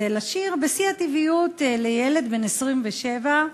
זה לשיר בשיא הטבעיות ל'ילד' בן 27,